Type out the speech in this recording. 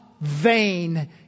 vain